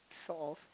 soft